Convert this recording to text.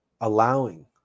allowing